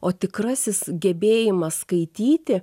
o tikrasis gebėjimas skaityti